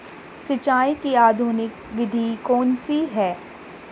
सिंचाई की आधुनिक विधि कौन सी है?